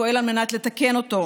פועל על מנת לתקן אותו.